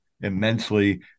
immensely